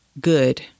good